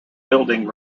building